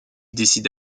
décide